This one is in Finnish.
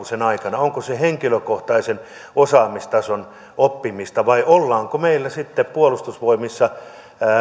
sen aikana onko se henkilökohtaisen osaamistason oppimista vai ollaanko meillä sitten puolustusvoimissa